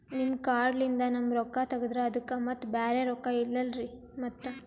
ನಿಮ್ ಕಾರ್ಡ್ ಲಿಂದ ನಮ್ ರೊಕ್ಕ ತಗದ್ರ ಅದಕ್ಕ ಮತ್ತ ಬ್ಯಾರೆ ರೊಕ್ಕ ಇಲ್ಲಲ್ರಿ ಮತ್ತ?